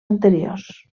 anteriors